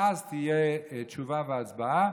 ואז תהיה תשובה והצבעה.